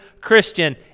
Christian